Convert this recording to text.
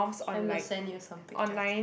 then will send you some pictures